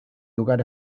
lugar